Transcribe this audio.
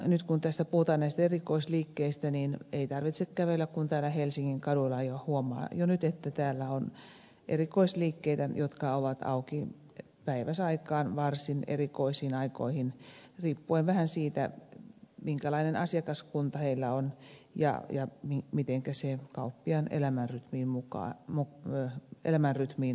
nyt kun tässä puhutaan näistä erikoisliikkeistä niin ei tarvitse kävellä kuin täällä helsingin kaduilla niin huomaa jo nyt että täällä on erikoisliikkeitä jotka ovat auki päiväsaikaan varsin erikoisiin aikoihin riippuen vähän siitä minkälainen asiakaskunta heillä on ja mitenkä se kauppiaan elämänrytmiin muka mucky elämänrytmin